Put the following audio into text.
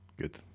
Good